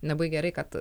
labai gerai kad